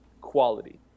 quality